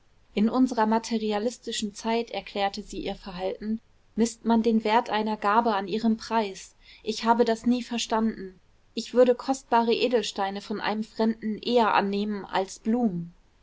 in unsrer materialistischen zeit erklärte sie ihr verhalten mißt man den wert einer gabe an ihrem preis ich habe das nie verstanden ich würde kostbare edelsteine von einem fremden eher annehmen als blumen